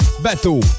bateau